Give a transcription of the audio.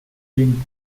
being